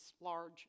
large